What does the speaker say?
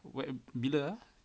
what bila ah